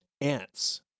ants